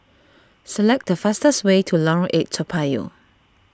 select the fastest way to Lorong eight Toa Payoh